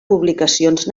publicacions